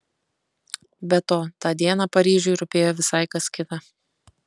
be to tą dieną paryžiui rūpėjo visai kas kita